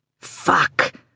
Fuck